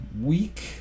week